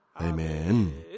Amen